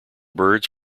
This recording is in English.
birds